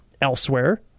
elsewhere